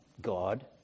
God